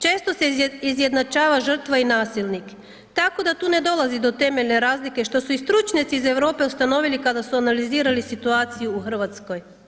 Često se izjednačava žrtva i nasilnik tako da tu ne dolazi do temeljne razlike što su i stručnjaci iz Europe ustanovili kada su analizirali situaciju u Hrvatskoj.